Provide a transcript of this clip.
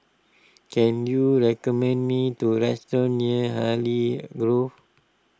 can you recommend me do restaurant near Hartley Grove